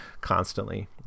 constantly